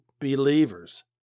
believers